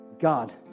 God